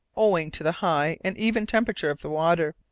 owing to the high and even temperature of the water,